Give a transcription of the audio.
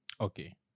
Okay